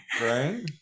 Right